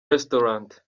restaurant